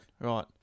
right